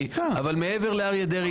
שהוא נועד ליצור הרמוניה משפטית,